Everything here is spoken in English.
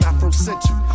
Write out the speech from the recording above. Afrocentric